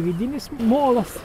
vidinis molas